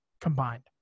combined